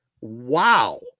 wow